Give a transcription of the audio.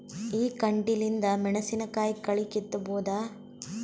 ಈ ಕಂಟಿಲಿಂದ ಮೆಣಸಿನಕಾಯಿ ಕಳಿ ಕಿತ್ತಬೋದ?